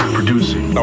producing